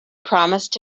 promised